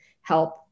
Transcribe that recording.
help